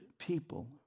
people